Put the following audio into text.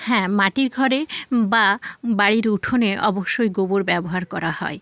হ্যাঁ মাটির ঘরে বা বাড়ির উঠোনে অবশ্যই গোবর ব্যবহার করা হয়